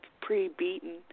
pre-beaten